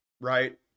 right